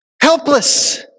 helpless